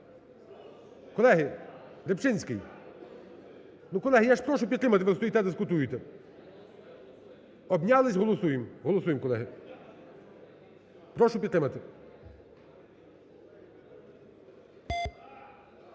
Колеги! Рибчинський! Ну, колеги, я ж прошу підтримати, а ви стоїте, дискутуєте! Обнялись – голосуємо! Голосуємо, колеги! Прошу підтримати.